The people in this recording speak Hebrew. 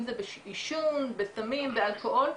אם זה בעישון, בסמים, באלכוהול.